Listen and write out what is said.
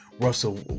russell